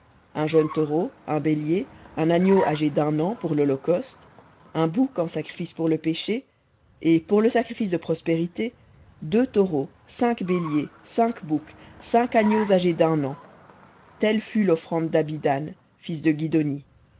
un jeune taureau un bélier un agneau âgé d'un an pour lholocauste un bouc en sacrifice pour le péché et pour le sacrifice de prospérités deux taureaux cinq béliers cinq boucs cinq agneaux âgés d'un an telle fut l'offrande d'abidan fils de guidhoni